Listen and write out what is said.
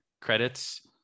credits